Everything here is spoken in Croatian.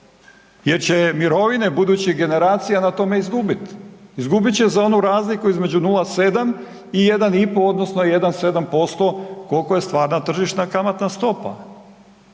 jer će mirovine budućih generacija na tome izgubiti. Izgubit će na onu razliku između 0,7 i 1,5 odnosno 1,7% koliko je stvarna tržišna kamatna stopa.